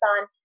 on